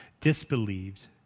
disbelieved